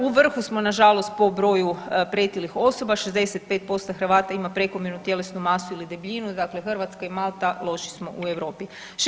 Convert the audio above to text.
U vrhu smo nažalost po broju pretilih osoba 65% Hrvata ima prekomjernu tjelesnu masu ili debljinu, dakle Hrvatska i Malta loši smo u Europi.